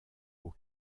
aux